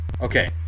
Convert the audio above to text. Okay